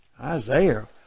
Isaiah